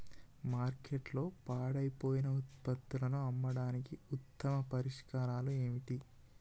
మార్కెట్లో పాడైపోయిన ఉత్పత్తులను అమ్మడానికి ఉత్తమ పరిష్కారాలు ఏమిటి?